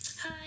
Hi